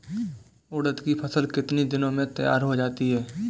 उड़द की फसल कितनी दिनों में तैयार हो जाती है?